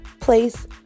place